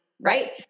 right